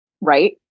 right